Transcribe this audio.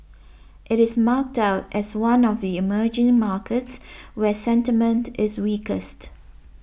it is marked out as one of the emerging markets where sentiment is weakest